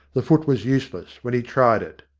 the foot was useless when he tried it.